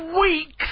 weeks